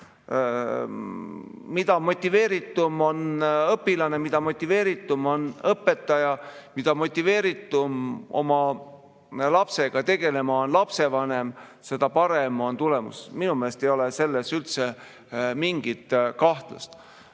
Mida motiveeritum on õpilane, mida motiveeritum on õpetaja, mida motiveeritum oma lapsega tegelema on lapsevanem, seda parem on tulemus. Minu meelest ei ole selles üldse mingit kahtlust.